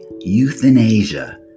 euthanasia